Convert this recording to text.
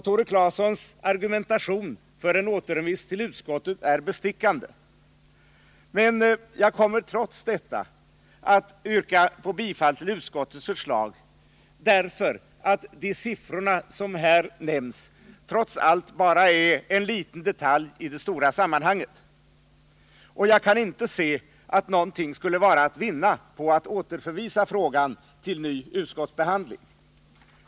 Tore Claesons argumentation för en återremiss till utskottet är bestickande, men jag kommer trots detta att yrka på bifall till utskottets förslag, därför att de siffror som här har nämnts ändå bara är en liten detalj i det stora sammanhanget. Jag kan inte se att någonting skulle vara att vinna på att återförvisa frågan till ny utskottsbehandling.